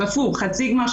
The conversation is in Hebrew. ספור חצי גמר,